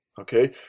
okay